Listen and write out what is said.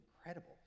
incredible